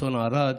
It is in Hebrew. אסון ערד,